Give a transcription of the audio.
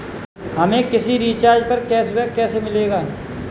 हमें किसी रिचार्ज पर कैशबैक कैसे मिलेगा?